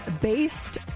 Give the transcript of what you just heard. based